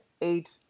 eight